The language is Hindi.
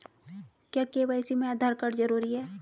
क्या के.वाई.सी में आधार कार्ड जरूरी है?